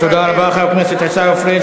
תודה רבה לחבר הכנסת עיסאווי פריג'.